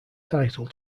title